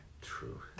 True